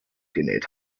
genäht